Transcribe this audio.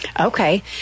Okay